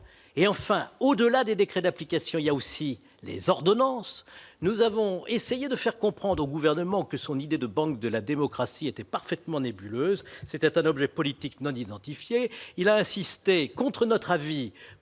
Enfin, au-delà des décrets d'application, il y a aussi les ordonnances ... Nous avons essayé de faire comprendre au Gouvernement que son idée de banque de la démocratie était parfaitement nébuleuse. C'était un objet politique non identifié. Le Gouvernement a insisté, contre notre avis,